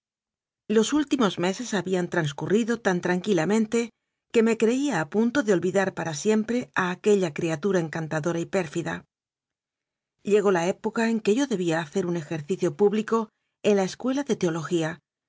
los últimos meses habían transcurrido tan tranquilamente que me creía a punto de olvidar para siempre a aquella criatura encantadora y pérfida llegó la época en que yo debía hacer un ejercicio público en la escuela de teología